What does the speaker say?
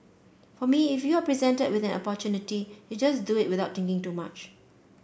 for me if you are presented with an opportunity you just do it without thinking too much